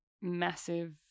massive